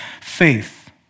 faith